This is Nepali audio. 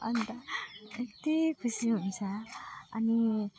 अन्त यति खुसी हुन्छ अनि